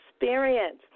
Experience